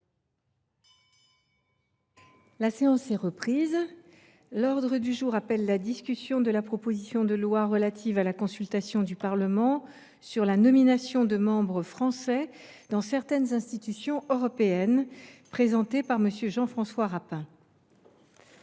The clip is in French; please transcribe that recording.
La séance est reprise. L’ordre du jour appelle la discussion de la proposition de loi relative à la consultation du Parlement sur la nomination de membres français dans certaines institutions européennes, présentée par M. Jean François Rapin